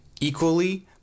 equally